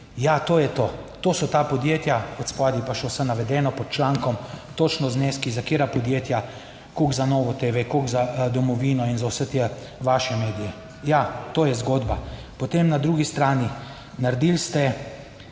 Ja, to je to. To so ta podjetja. Od spodaj pa še vse navedeno pod člankom, točno zneski za katera podjetja, koliko za Novo TV, koliko za Domovino in za vse te vaše medije. Ja, to je zgodba. Potem na drugi strani, naredili ste